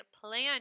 plan